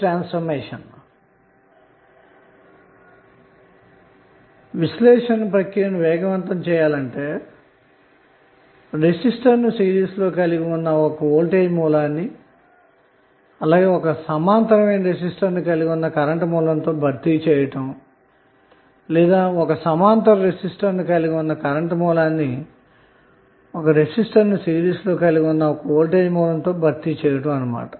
అనగా సర్క్యూట్ విశ్లేషణ ప్రక్రియను వేగవంతం చేయటము కోసం రెసిస్టర్ను సిరీస్ లో కలిగిన ఒక వోల్టేజ్ సోర్స్ ని సమాంతరమైన రెసిస్టర్ను కలిగిన కరెంటు సోర్స్ తో భర్తీ చేయువచ్చు లేదా ఒక సమాంతర రెసిస్టర్ను కలిగిన కరెంటు సోర్స్ ని రెసిస్టర్ను సిరీస్ లో కలిగిన వోల్టేజ్ సోర్స్ తో భర్తీ చేయవచ్చు అన్నమాట